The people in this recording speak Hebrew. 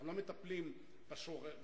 אנחנו לא מטפלים בשורש,